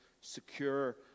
secure